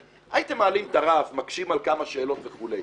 הייתם מעלים את הרף, מקשים על כמה שאלות וכו'.